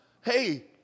Hey